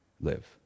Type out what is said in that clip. live